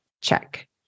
Check